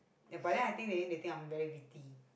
ya but then I think they think I am very witty